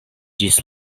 ĝis